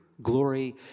Glory